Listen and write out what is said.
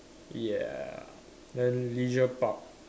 ya then leisure park